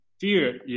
fear